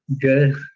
Good